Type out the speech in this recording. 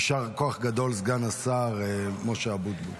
יישר כוח גדול, סגן השר משה אבוטבול.